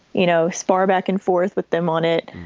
you know, spar back and forth with them on it,